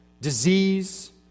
Disease